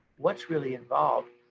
what's really involved?